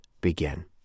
begin